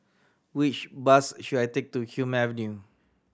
which bus should I take to Hume Avenue